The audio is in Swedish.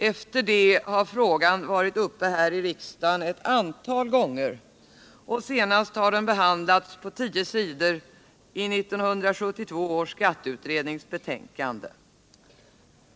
Efter det har frågan varit uppe till behandling här i riksdagen ett antal gånger, och senast har den behandlats på tio sidor i 1972 års skatteutrednings betänkande.